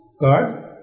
God